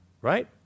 right